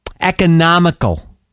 Economical